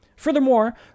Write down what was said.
Furthermore